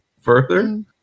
further